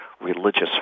religious